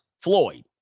Floyd